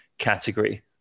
category